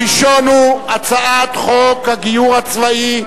הראשון הוא הצעת חוק הגיור הצבאי,